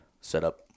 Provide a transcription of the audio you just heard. setup